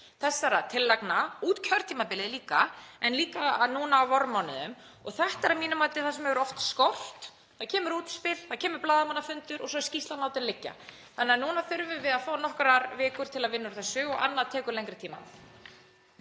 þessara tillagna út kjörtímabilið en líka núna á vormánuðum. Þetta er að mínu mati það sem hefur oft skort; það kemur útspil, kemur blaðamannafundur og svo er skýrslan látin liggja. Núna þurfum við að fá nokkrar vikur til að vinna úr þessu og annað tekur lengri tíma.